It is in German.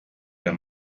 der